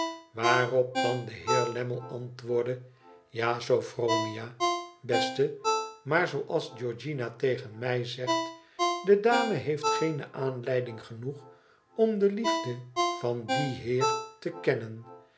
waarop dan de heer lammie antwoordde ja sophronia beste maar zooals georgiana tegen mij zegt de dame heeft geene aanleiding genoeg om de liefde van dien heer te kennen